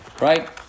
right